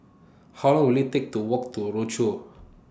How Long Will IT Take to Walk to Rochor